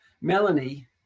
Melanie